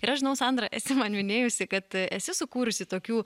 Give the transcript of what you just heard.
ir aš žinau sandra esi man minėjusi kad esi sukūrusi tokių